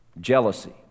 Jealousy